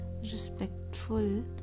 respectful